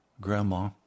grandma